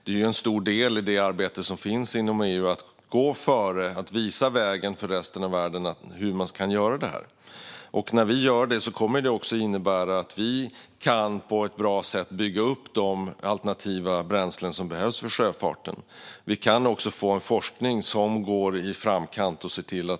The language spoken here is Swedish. Det är en stor del i arbetet inom EU att gå före, att visa vägen för resten av världen hur man kan göra. När vi gör det kommer det att innebära att vi på ett bra sätt kan bygga upp de alternativa bränslen som behövs för sjöfarten. Vi kan också få forskning som går i framkant.